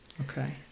Okay